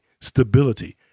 stability